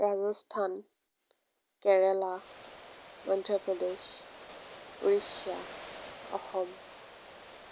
Rajasthan Kerala Madhya Pradesh Orissa Assam